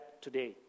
today